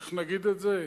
איך נגיד את זה?